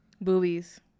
Boobies